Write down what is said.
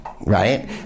right